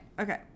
Okay